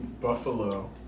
Buffalo